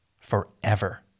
forever